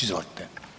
Izvolite.